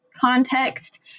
context